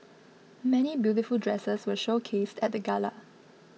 many beautiful dresses were showcased at the gala